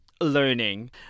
learning